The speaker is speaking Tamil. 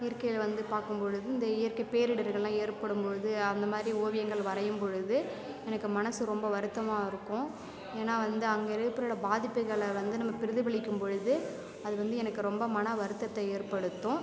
இயற்கியல் வந்து பார்க்கும் பொழுது இந்த இயற்கை பேரிடர்கள்லா ஏற்படும் பொழுது அந்த மாதிரி ஓவியங்கள் வரையும் பொழுது எனக்கு மனசு ரொம்ப வருத்தமாயிருக்கும் ஏன்னால் வந்து அங்கே ஏற்படுற பாதிப்புகளை வந்து நம்ம பிரதிபலிக்கும் பொழுது அது வந்து எனக்கு ரொம்ப மன வருத்தத்தை ஏற்படுத்தும்